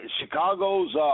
Chicago's